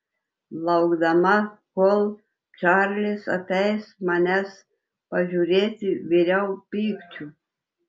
laukdama kol čarlis ateis manęs pažiūrėti viriau pykčiu